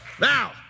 Now